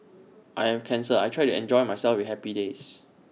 I have cancer I try to enjoy myself with happy days